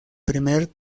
primer